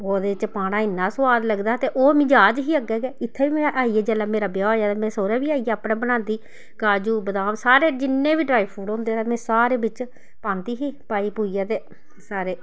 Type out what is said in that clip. ओहदे च पाना इन्ना स्वाद लगदा ते ओह् मी जाच ही अग्गें गै इत्थै बी में आइयै जेल्ले मेरा ब्याह होएआ ते में सौह्रे बी आइयै अपने बनांदी काजू बदाम सारे जिन्नै बी ड्राई फ्रूट होंदे हे में सारे बिच्च पांदी ही पाई पूइयै ते सारे